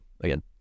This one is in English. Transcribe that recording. again